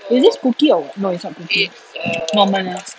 is this cookie or what no it's not cookie normal eh